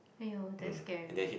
!aiyo! that's scary